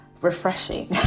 refreshing